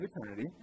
eternity